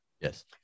Yes